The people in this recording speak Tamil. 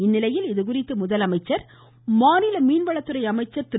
இந்நிலையில் இதுகுறித்து முதலமைச்சர் மாநில மீன் வளத்துறை அமைச்சர் திரு